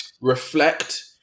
reflect